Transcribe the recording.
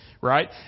right